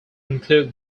include